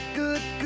good